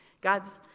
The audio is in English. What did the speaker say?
God's